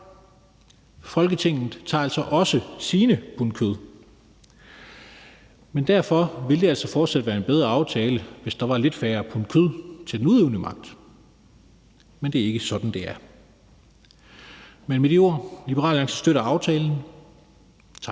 Folketinget tager altså også sine pund kød. Alligevel ville det altså fortsat være en bedre aftale, hvis der var lidt færre pund kød til den udøvende magt, men det er ikke sådan, det er. Med de ord vil jeg sige, at Liberal Alliance støtter aftalen. Tak.